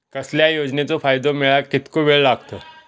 कसल्याय योजनेचो फायदो मेळाक कितको वेळ लागत?